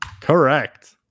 Correct